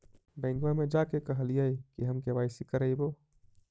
बैंकवा मे जा के कहलिऐ कि हम के.वाई.सी करईवो?